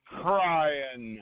crying